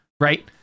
right